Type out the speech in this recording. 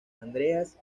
andreas